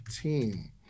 team